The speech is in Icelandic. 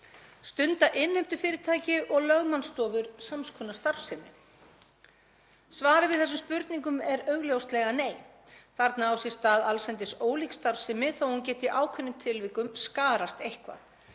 Stunda innheimtufyrirtæki og lögmannsstofur sams konar starfsemi? Svarið við þessum spurningum er augljóslega nei. Þarna á sér stað allsendis ólík starfsemi þó að hún geti í ákveðnum tilvikum skarast eitthvað,